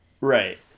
Right